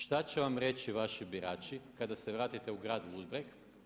Šta će vam reći vaši birači kada se vratite u grad Ludbreg?